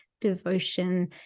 devotion